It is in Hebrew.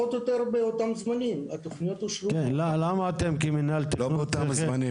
במקור כשלו וכושלים כבר יותר מ-10 שנים,